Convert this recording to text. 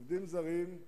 עובדים זרים,